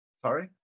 sorry